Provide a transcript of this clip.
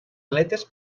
aletes